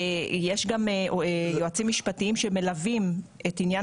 יש גם יועצים משפטיים שמלווים את עניין